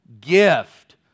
gift